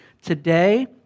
Today